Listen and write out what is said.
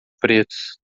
pretos